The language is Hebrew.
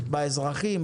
באזרחים,